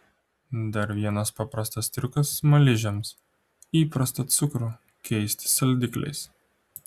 dar vienas paprastas triukas smaližiams įprastą cukrų keisti saldikliais